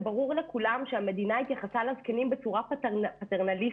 זה ברור לכולם שהמדינה התייחסה לזקנים בצורה פטרנליסטית.